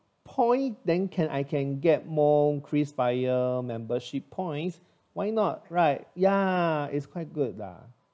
point then can I can get more krisflyer membership points why not right ya is quite good lah